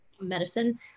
medicine